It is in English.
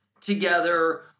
together